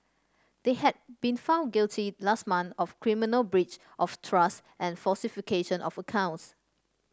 they had been found guilty last month of criminal breach of trust and falsification of accounts